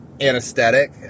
anesthetic